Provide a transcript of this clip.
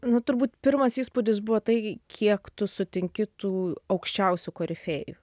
nu turbūt pirmas įspūdis buvo tai kiek tu sutinki tų aukščiausių korifėjų